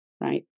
right